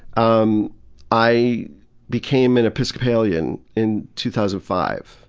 um i became an episcopalian in two thousand five.